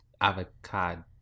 avocado